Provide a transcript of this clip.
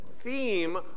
Theme